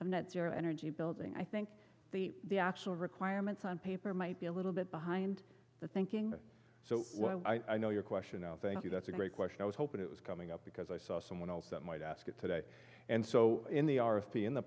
zero energy building i think the the actual requirements on paper might be a little bit behind the thinking so i know your question thank you that's a great question i was hoping it was coming up because i saw someone else that might ask it today and so in the